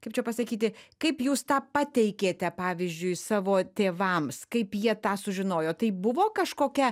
kaip čia pasakyti kaip jūs tą pateikėte pavyzdžiui savo tėvams kaip jie tą sužinojo tai buvo kažkokia